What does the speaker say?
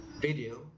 video